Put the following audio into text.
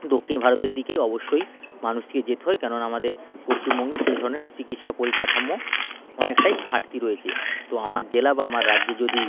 দক্ষিণ ভারতের দিকে অবশ্যই মানুষকে যেতে হয় কেননা আমাদের পশ্চিমবঙ্গে সেই ধরনের চিকিৎসা পরিকাঠামো অনেকটাই ঘাটতি রয়েছে তো আমার জেলা বা আমার রাজ্যে যদি